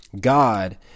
God